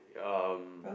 um